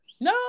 no